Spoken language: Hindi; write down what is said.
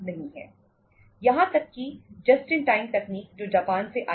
यहां तक की जस्ट इन टाइम तकनीक जो जापान से आई है